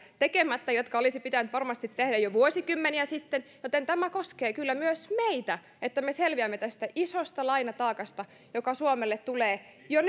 jotka olisi varmasti pitänyt tehdä jo vuosikymmeniä sitten joten tämä koskee kyllä myös meitä niin että me selviämme tästä isosta lainataakasta joka suomelle tulee jo